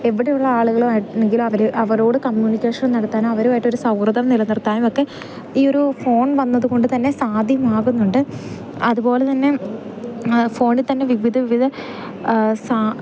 എവിടെയുള്ള ആളുകളും ആയിട്ടുണ്ടെങ്കിലും അവർ അവരോട് കമ്മ്യൂണിക്കേഷൻ നടത്താനും അവരുമായിട്ടൊരു സൗഹൃദം നിലനിർത്താനുമൊക്കെ ഈ ഒരു ഫോൺ വന്നതുകൊണ്ടുതന്നെ സാധ്യമാകുന്നുണ്ട് അതുപോലെതന്നെ ഫോണിൽ തന്നെ വിവിധ വിവിധ